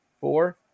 four